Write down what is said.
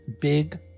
big